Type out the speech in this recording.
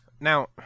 Now